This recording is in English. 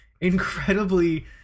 incredibly